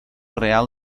real